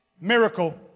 miracle